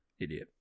idiot